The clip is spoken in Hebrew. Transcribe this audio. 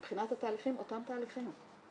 מבחינת התהליכים אותם תהליכים.